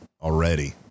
already